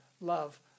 love